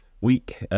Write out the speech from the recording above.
week